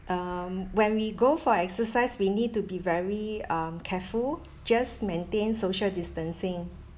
um when we go for exercise we need to be very um careful just maintain social distancing